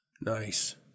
Nice